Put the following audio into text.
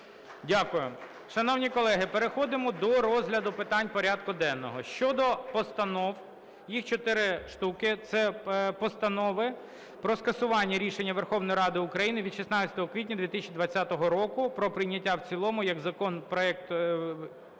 Дякую. Шановні колеги, переходимо до розгляду питань порядку денного. Щодо постанов, їх чотири штуки. Це постанови про скасування рішення Верховної Ради України від 16 квітня 2020 року про прийняття в цілому як закону проекту